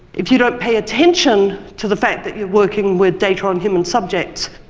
if you don't pay attention to the fact that you're working with data on human subjects,